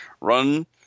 run